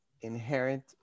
inherent